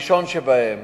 הראשון שבהם,